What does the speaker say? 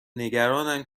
نگرانند